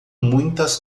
muitas